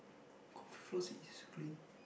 it's clean